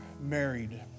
married